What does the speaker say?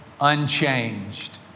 unchanged